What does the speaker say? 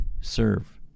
serve